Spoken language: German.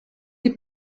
die